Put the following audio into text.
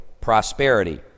prosperity